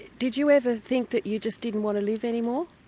did you ever think that you just didn't want to live anymore?